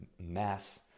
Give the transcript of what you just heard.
mass